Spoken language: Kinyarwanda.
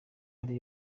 ari